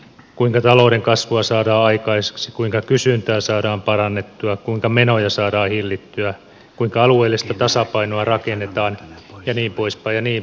kuinka talouden kasvua saadaan aikaiseksi kuinka kysyntää saadaan parannettua kuinka menoja saadaan hillittyä kuinka alueellista tasapainoa rakennetaan jnp